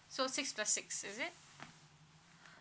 so six plus six is it